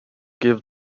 give